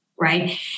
right